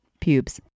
pubes